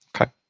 okay